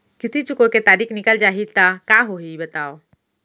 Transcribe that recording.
किस्ती चुकोय के तारीक निकल जाही त का होही बताव?